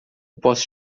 posso